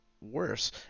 worse